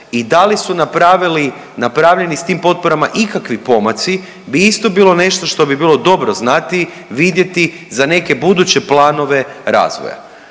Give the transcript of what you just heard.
i da li su napravljeni sa tim potporama ikakvi pomaci bi isto bilo nešto što bi bilo dobro znati, vidjeti za neke buduće planove razvoja.